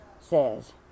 says